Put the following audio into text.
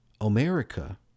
America